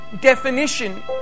definition